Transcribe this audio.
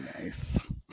Nice